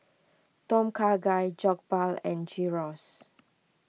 Tom Kha Gai Jokbal and Gyros